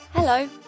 Hello